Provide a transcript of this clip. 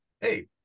hey